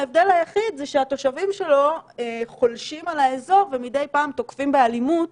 ההבדל היחיד הוא שהתושבים שלו חולשים על האזור ומדי פעם תוקפים באלימות